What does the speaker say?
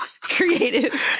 Creative